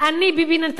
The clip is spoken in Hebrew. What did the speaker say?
ביבי נתניהו,